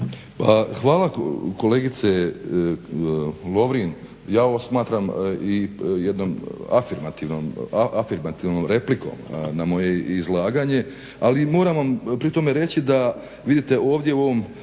Hvala kolegice Lovrin ja ovo smatram i jednom afirmativnom replikom na moje izlaganje, ali moram vam pri tome reći da vidite ovdje na ovoj